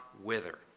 wither